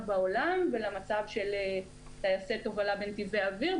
בעולם ולמצב של טייסי תובלה בנתיבי אוויר,